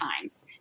times